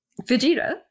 Vegeta